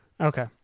Okay